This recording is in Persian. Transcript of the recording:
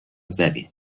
زدیم